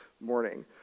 morning